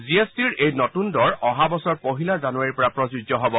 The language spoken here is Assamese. জি এছ টিৰ এই নতুন দৰ অহা বছৰ পহিলা জানুৱাৰীৰ পৰা প্ৰযোজ্য হ'ব